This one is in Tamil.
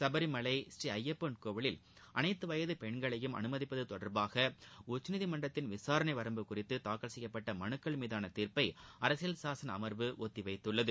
சபரிமலை ஸ்ரீ ஐய்யப்பன் கோவிலில் அனைத்து வயது பெண்களையும் அனுமதிப்பது தொடர்பாக உச்சநீதிமன்றத்தின் விசாரணை வரம்பு குறித்து தாக்கல் செய்யப்பட்ட மனுக்கள் மீதான தீர்ப்பை அரசியல் சாசன அமர்வு ஒத்திவைத்குள்ளது